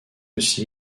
aussi